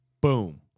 boom